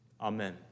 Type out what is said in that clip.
Amen